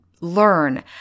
learn